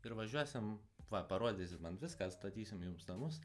ir važiuosim va parodysit man viską statysim jums namus